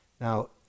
Now